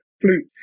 flute